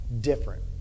different